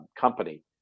company